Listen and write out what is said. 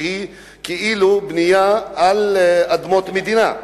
שהיא כאילו בנייה על אדמות מדינה.